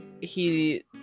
he-